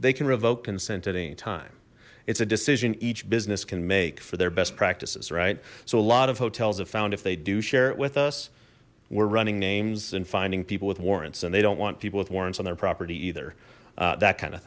they can revoke consent at any time it's a decision each business can make for their best practices right so a lot of hotels have found if they do share it with us we're running names and finding people with warrants and they don't want people with warrants on their property either that kind of